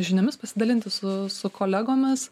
žiniomis pasidalinti su su kolegomis